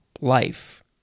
life